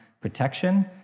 protection